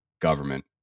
government